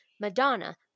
Madonna